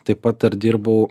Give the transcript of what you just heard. taip pat dar dirbau